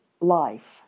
life